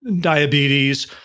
diabetes